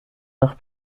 nach